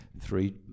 three